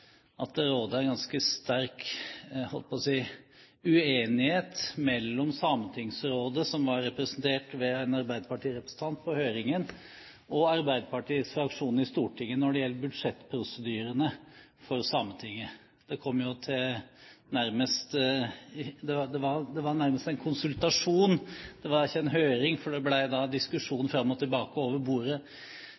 at det rådet en ganske sterk – jeg holdt på å si – uenighet mellom Sametingsrådet, som var representert ved en arbeiderpartirepresentant på høringen, og Arbeiderpartiets fraksjon i Stortinget om budsjettprosedyrene for Sametinget. Det var nærmest en konsultasjon, ikke en høring, for det